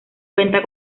cuenta